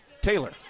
Taylor